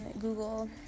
Google